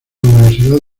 universidad